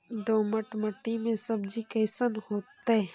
दोमट मट्टी में सब्जी कैसन होतै?